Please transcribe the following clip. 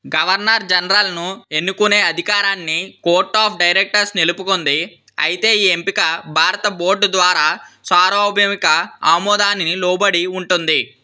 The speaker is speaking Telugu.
గవర్నర్ జనరల్ను ఎన్నుకునే అధికారాన్ని కోర్ట్ ఆఫ్ డైరెక్టర్స్ నిలుపుకుంది అయితే ఈ ఎంపిక భారత బోర్డు ద్వారా సార్వభౌమిక ఆమోదానికి లోబడి ఉంటుంది